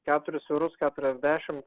keturis eurus keturiasdešim